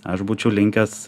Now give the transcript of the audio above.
aš būčiau linkęs